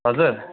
हजुर